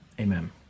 Amen